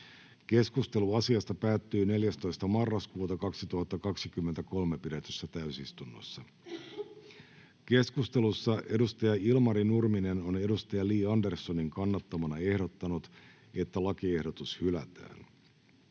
Keskustelu asiasta päättyi 14.11.2023 pidetyssä täysistunnossa. Keskustelussa Ilmari Nurminen on Li Anderssonin kannattamana ehdottanut, että lakiehdotus hylätään.